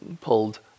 pulled